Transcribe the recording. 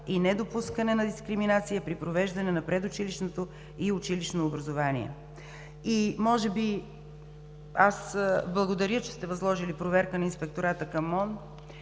и недопускане на дискриминация при провеждане на предучилищното и училищното образование“. Благодаря, че сте възложили проверка на Инспектората към МОН,